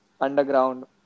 underground